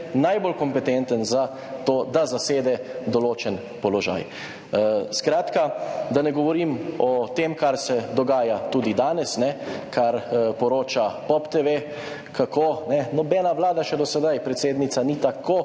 najbolj kompetenten za to, da zasede določen položaj. Skratka, da ne govorim o tem, kar se dogaja, tudi danes, kar poroča POP TV, kako še nobena vlada do sedaj, predsednica, ni tako